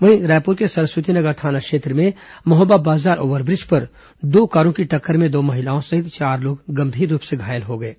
वहीं रायपुर के सरस्वती नगर थाना क्षेत्र में महोबाबाजार ओवरब्रिज पर दो कारों की टक्कर में दो महिलाओं सहित चार लोग गंभीर रूप से घायल हो गए हैं